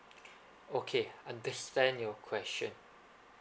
okay understand your question